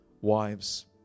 wives